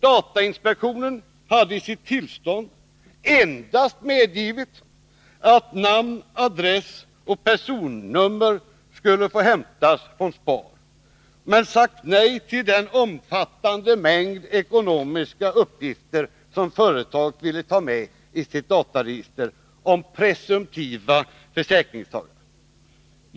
Datainspektionen hade i sitt tillstånd endast medgivit att namn, adress och personnummer skulle få hämtas från SPAR men sagt nej till den omfattande mängd ekonomiska uppgifter som företaget ville ta med i sitt dataregister över presumtiva försäkringstagare.